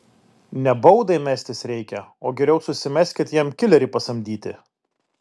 ne baudai mestis reikia o geriau susimeskit jam kilerį pasamdyti